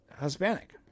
Hispanic